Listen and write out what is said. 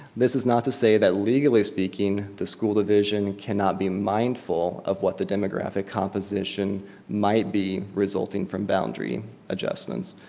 this is not to say that legally speaking, the school division cannot be mindful of what the demographic composition might be resulting from boundary adjustments.